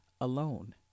alone